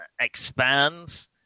expands